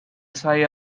sigh